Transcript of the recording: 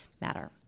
matter